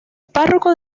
párroco